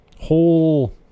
whole